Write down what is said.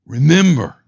Remember